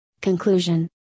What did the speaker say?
Conclusion